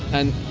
and